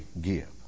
give